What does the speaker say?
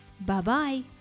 Bye-bye